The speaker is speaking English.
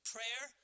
Prayer